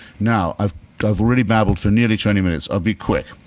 now, i've really babbled for nearly twenty minutes. i'll be quick.